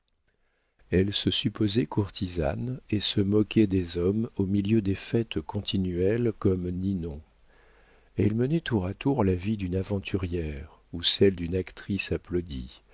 elle se supposait courtisane et se moquait des hommes au milieu de fêtes continuelles comme ninon elle menait tour à tour la vie d'une aventurière ou celle d'une actrice applaudie